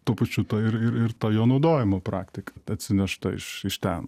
tuo pačiu ta ir ir ta jo naudojimo praktika atsinešta iš iš ten